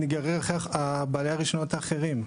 ניגרר אחרי בעלי הרישיונות האחרים.